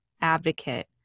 advocate